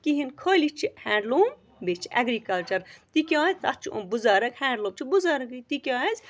کِہیٖنۍ خٲلی چھِ ہینٛڈلوٗم بیٚیہِ چھِ اٮ۪گرِکَلچَر تِکیٛازِ تَتھ چھُ یِم بُزرٕگ ہینٛڈلوٗم چھِ بُزَرگٕے تِکیٛازِ